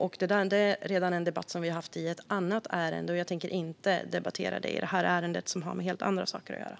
Det är en debatt som vi redan haft i samband med ett annat ärende. Jag tänker inte debattera det nu, eftersom det här ärendet har med helt andra saker att göra.